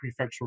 Prefectural